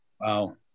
Wow